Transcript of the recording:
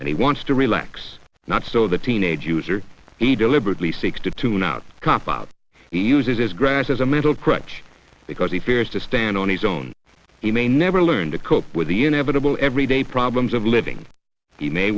and he wants to relax not so the teenage user he deliberately seeks to tune out he uses his grass as a mental crutch because he fears to stand on his own he may never learn to cope with the inevitable everyday problems of living he may